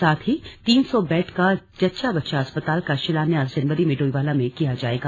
साथ ही तीन सौ बेड का जच्चा बच्चा अस्पताल का शिलान्यास जनवरी में डोईवाला में किया जाएगा